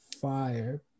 Fire